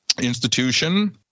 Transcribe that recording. institution